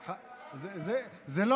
זה נחשב?